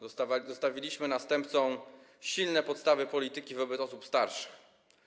Zostawiliśmy następcom silne podstawy polityki wobec osób starszych.